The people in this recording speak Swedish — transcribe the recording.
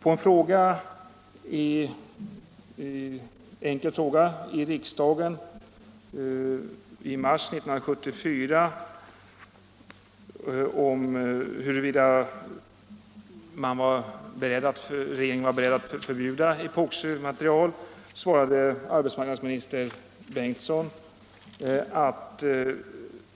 På en fråga i riksdagen i mars 1974 om regeringen var beredd att förbjuda epoximaterial svarade arbetsmarknadsminister Bengtsson att